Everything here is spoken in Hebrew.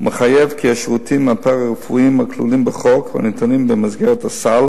ומחייב כי השירותים הפארה-רפואיים הכלולים בחוק והניתנים במסגרת הסל